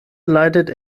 leidet